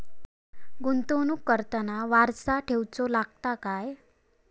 गुंतवणूक करताना वारसा ठेवचो लागता काय?